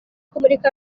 kumurika